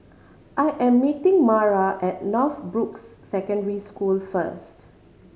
I am meeting Mara at Northbrooks Secondary School first